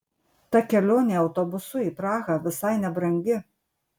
ta kelionė autobusu į prahą visai nebrangi